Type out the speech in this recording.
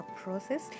process